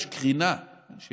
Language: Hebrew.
יש קרינה שפוגעת.